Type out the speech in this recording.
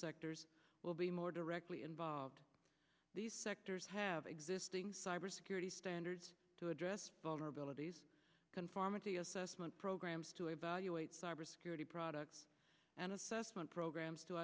sectors will be more directly involved these sectors have existing cyber security standards to address vulnerabilities conformity assessment programs to evaluate cybersecurity broad an assessment programs to